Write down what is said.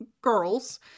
girls